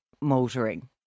motoring